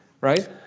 right